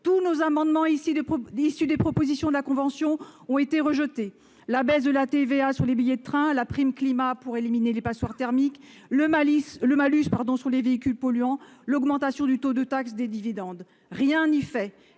Tous nos amendements issus des propositions de la Convention ont été rejetés : la baisse de la TVA sur les billets de train, la prime Climat pour éliminer les passoires thermiques, le malus sur les véhicules polluants, l'augmentation du taux de la taxe sur les dividendes. Rien n'y fait,